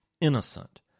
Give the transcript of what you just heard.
innocent